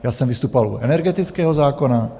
Já jsem vystupoval u energetického zákona.